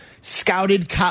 scouted